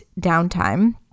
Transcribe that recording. downtime